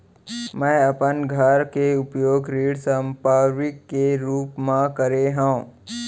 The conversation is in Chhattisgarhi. मै अपन घर के उपयोग ऋण संपार्श्विक के रूप मा करे हव